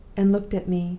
and looked at me.